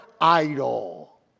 idol